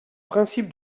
principe